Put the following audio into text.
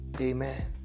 Amen